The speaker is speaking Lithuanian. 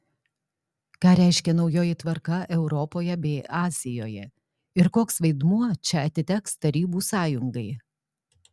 ką reiškia naujoji tvarka europoje bei azijoje ir koks vaidmuo čia atiteks tarybų sąjungai